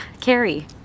Carrie